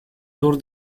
sur